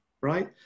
right